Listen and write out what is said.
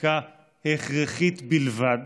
חקיקה הכרחית בלבד,